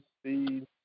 speed